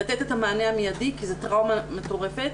לתת את המענה המיידי כי זה טראומה מטורפת,